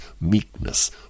meekness